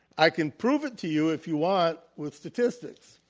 i can prove it to you, if you want, with statistics.